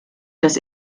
dass